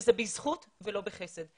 שזה בזכות ולא בחסד,